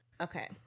Okay